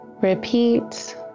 repeat